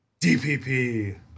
DPP